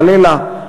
חלילה,